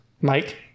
Mike